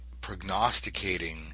prognosticating